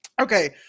Okay